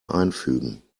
einfügen